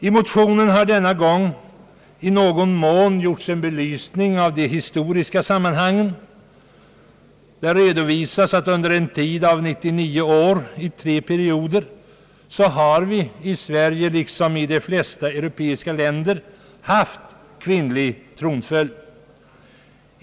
I motionen har denna gång i någon mån belysts de historiska sammanhangen. Det redovisas att vi i Sverige under en tid av 99 år i tre perioder haft kvinnlig tronföljd, liksom man haft kvinnlig tronföljd i de flesta europeiska länder.